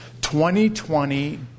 2020